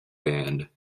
band